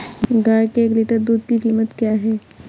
गाय के एक लीटर दूध की कीमत क्या है?